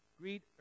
Greet